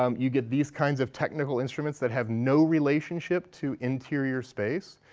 um you get these kinds of technical instruments that have no relationship to interior space.